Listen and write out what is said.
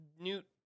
Newt